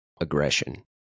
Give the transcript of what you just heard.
aggression